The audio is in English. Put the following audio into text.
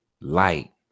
light